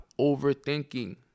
overthinking